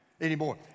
anymore